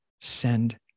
send